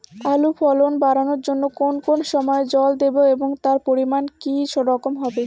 আলুর ফলন বাড়ানোর জন্য কোন কোন সময় জল দেব এবং তার পরিমান কি রকম হবে?